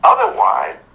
Otherwise